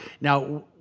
Now